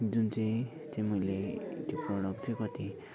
जुन चाहिँ त्यो मैले त्यो प्रोडक्ट थियो कति